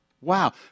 Wow